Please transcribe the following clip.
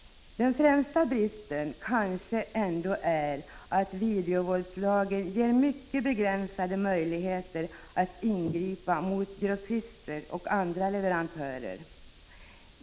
Den främsta bristen kanske ändå är att videovåldslagen ger oss mycket begränsade möjligheter att ingripa mot grossister och andra leverantörer.